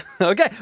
Okay